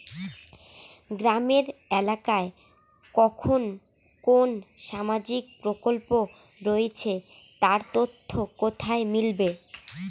গ্রামের এলাকায় কখন কোন সামাজিক প্রকল্প রয়েছে তার তথ্য কোথায় মিলবে?